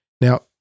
Now